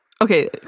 Okay